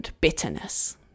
bitterness